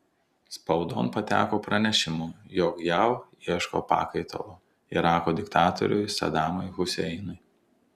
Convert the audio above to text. spaudon pateko pranešimų jog jav ieško pakaitalo irako diktatoriui sadamui huseinui